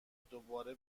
دوباره